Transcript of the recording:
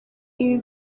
ibi